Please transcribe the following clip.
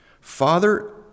Father